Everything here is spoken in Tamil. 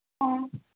ஆ